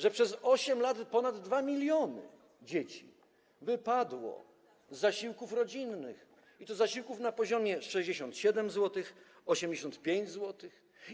że przez 8 lat ponad 2 mln dzieci wypadło z zasiłków rodzinnych, i to z zasiłków na poziomie 67 zł, 85 zł.